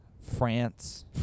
France